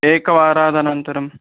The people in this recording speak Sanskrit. एकवादनानन्तरम्